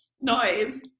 noise